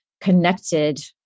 connected